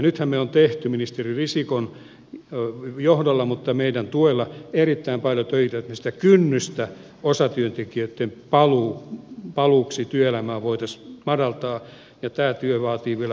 nythän me olemme tehneet ministeri risikon johdolla mutta meidän tuellamme erittäin paljon töitä että me sitä kynnystä osatyöntekijöitten paluulle työelämään voisimme madaltaa ja tämä työ vaatii vielä paljon ponnisteluja